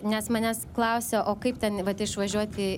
nes manęs klausia o kaip ten vat išvažiuoti